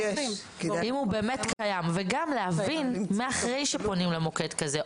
וגם להבין מה אחרי שפונים למוקד כזה,